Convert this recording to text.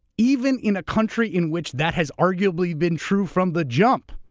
even in a country in which that has arguably been true from the jump.